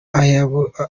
abayoboke